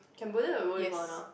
Cambodia got go before or no